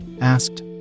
asked